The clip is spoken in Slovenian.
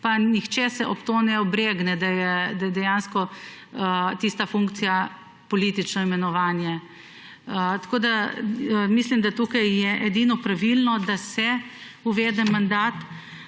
se nihče ob to ne obregne, da je dejansko tista funkcija politično imenovanje. Mislim, da je tukaj edino pravilno, da se uvede mandat